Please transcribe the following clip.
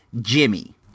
Jimmy